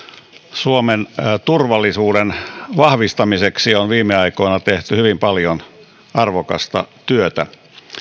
suomen turvallisuuden vahvistamiseksi on viime aikoina tehty hyvin paljon arvokasta työtä